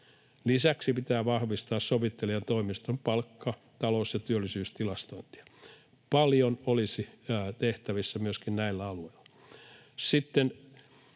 Lisäksi pitää vahvistaa sovittelijan toimiston palkka-, talous- ja työllisyystilastointia. Paljon olisi tehtävissä myöskin näillä alueilla.